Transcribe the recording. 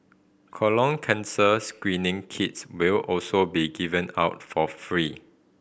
colon cancers screening kits will also be given out for free